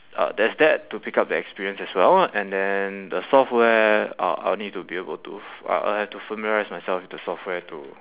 uh there's that to pick up the experience as well lah and then the software uh I'll need to be able to I I'll have to familiarise myself with the software to